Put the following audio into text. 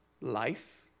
life